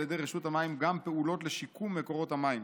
ידי רשות המים גם פעולות לשיקום מקורות המים.